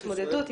התמודדות.